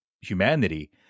humanity